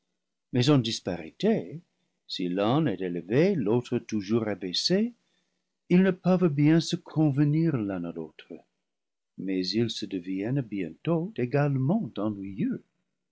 mais en disparité si l'un est élevé l'autre tou jours abaissé ils ne peuvent bien se convenir l'un à l'autre mais ils se deviennent bientôt également ennuyeux